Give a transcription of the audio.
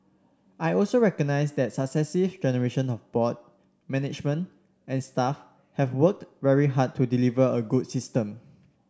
I also recognise that successive generation of board management and staff have worked very hard to deliver a good system